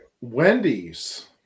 Wendy's